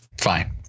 fine